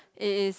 it is